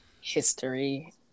history